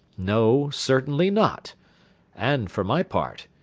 no, certainly not and for my part,